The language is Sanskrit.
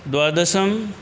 द्वादशम्